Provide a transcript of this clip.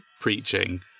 preaching